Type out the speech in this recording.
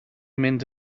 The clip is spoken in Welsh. mynd